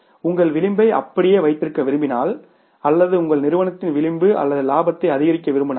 உங்கள் விளிம்பை அப்படியே வைத்திருக்க விரும்பினால் அல்லது உங்கள் நிறுவனத்தின் விளிம்பு அல்லது இலாபத்தை அதிகரிக்க விரும்பினால்